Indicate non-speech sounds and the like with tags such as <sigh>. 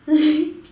<laughs>